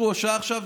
בבקשה.